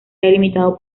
delimitado